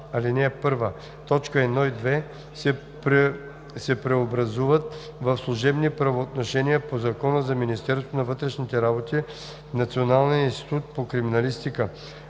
ал. 1, т. 1 и 2, се преобразуват в служебни правоотношения по Закона за Министерството на вътрешните работи в Националния институт по криминалистика,